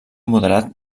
moderat